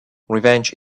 revenge